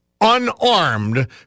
unarmed